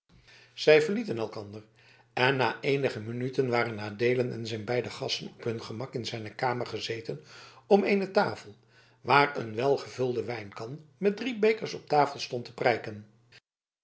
zij verlieten elkander en na eenige minuten waren adeelen en zijn beide gasten op hun gemak in zijne kamer gezeten om eene tafel waar een welgevulde wijnkan met drie bekers op tafel stond te